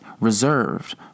reserved